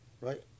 Right